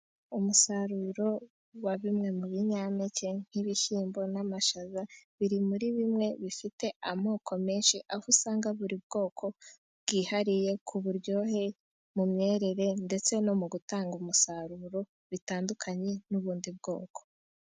Umusaruro wa bimwe mu binyampeke nk'ibishyimbo n'amashaza, biri muri bimwe bifite amoko menshi. Aho usanga buri bwoko bwihariye ku buryohe, mu myerere, ndetse no mu gutanga umusaruro bitandukanye n'ubundi bwoko.